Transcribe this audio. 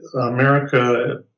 America